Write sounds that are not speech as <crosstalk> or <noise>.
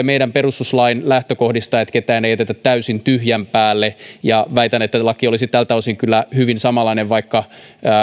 <unintelligible> meidän perustuslain lähtökohdista että ketään ei jätetä täysin tyhjän päälle ja väitän että laki olisi tältä osin kyllä hyvin samanlainen vaikka